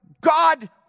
God